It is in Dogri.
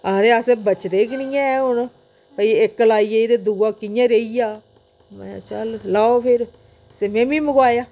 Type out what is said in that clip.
आखदे अस बचदे गै नी ऐ हून भाई इक लाई गेई ते दुआ कि'यां रेही जा मेंह् चल लाओ फिर मिम्मी मंगोआया